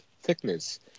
thickness